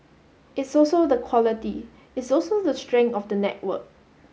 it's also the quality it's also the strength of the network